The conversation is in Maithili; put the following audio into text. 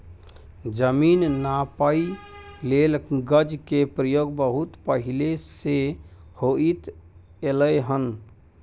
जमीन नापइ लेल गज के प्रयोग बहुत पहले से होइत एलै हन